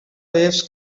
waves